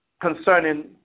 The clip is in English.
concerning